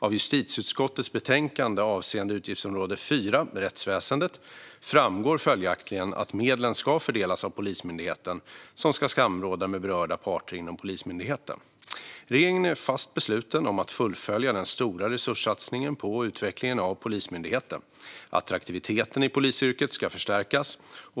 Av justitieutskottets betänkande avseende utgiftsområde 4 Rättsväsendet framgår följaktligen att medlen ska fördelas av Polismyndigheten, som ska samråda med berörda parter inom Polismyndigheten. Regeringen är fast besluten att fullfölja den stora resurssatsningen på och utvecklingen av Polismyndigheten. Attraktiviteten i polisyrket ska förstärkas.